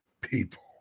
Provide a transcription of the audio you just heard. people